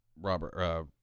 Robert